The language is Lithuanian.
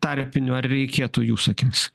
tarpinių ar reikėtų jūsų akimis